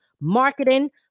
marketing